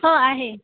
हो आहे